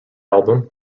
album